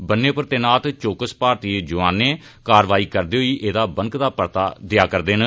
बन्नै पर तैनात चौकस भारतीय जोआन कारवाई करदे होई एहदा बनकदा परता देआ रदे न